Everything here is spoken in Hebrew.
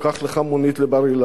או קח לך מונית לבר-אילן,